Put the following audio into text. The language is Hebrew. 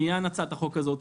לעניין הצעת החוק הזאת,